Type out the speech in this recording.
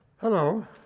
Hello